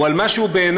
הוא על מה שהוא בעיני,